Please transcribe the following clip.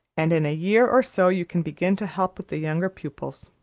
and in a year or so you can begin to help with the younger pupils.